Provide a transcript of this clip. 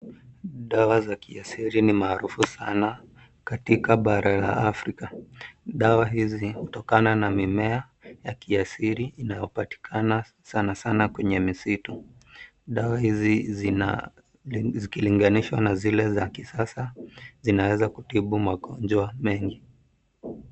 Dawa za kiasili ni maarufu sana katika bara la Afrika. Dawa hizi hutokana na mimea ya kiasili unaopatikana sana sana kwenye misitu. Dawa hizi zikilinganishwa na zile za kisasa zinaweza kutibu magonjwa mengi.